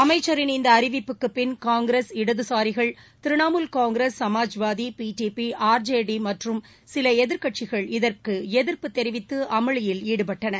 அமைச்சரின் இந்த அறிவிப்புக்கு பின் காங்கிரஸ் இடதுசாரிகள் திரணாமுல் காங்கிரஸ் சுமாஜ்வாதி பிடிபி ஆர்ஜேடி மற்றும் சில எதிர்க்கட்சிகள் இதற்கு எதிர்ட்பு தெரிவித்து அமளியில் ஈடுபட்டன